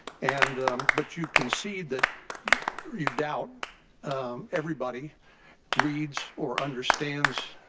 and but you can see that you doubt everybody reads or understands